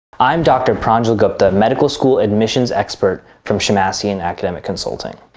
i'm dr. pranjal gupta, medical school admissions expert, from shemmassian academic consulting.